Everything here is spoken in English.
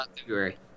February